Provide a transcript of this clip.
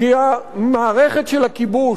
כי המערכת של הכיבוש,